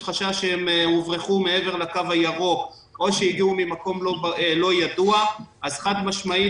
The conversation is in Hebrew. חשש שהן הוברחו מעבר לקו הירוק או הגיעו ממקום לא ידוע אז חד-משמעית